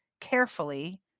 carefully